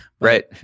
Right